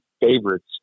Favorites